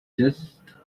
just